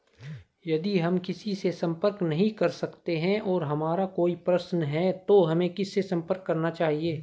यदि हम किसी से संपर्क नहीं कर सकते हैं और हमारा कोई प्रश्न है तो हमें किससे संपर्क करना चाहिए?